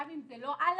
גם אם זה לא על-המילה,